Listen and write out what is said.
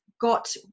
got